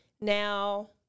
Now